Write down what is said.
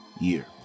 year